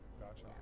gotcha